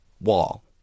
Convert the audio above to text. wall